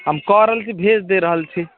हम कहि रहल छी भेज दऽ रहल छी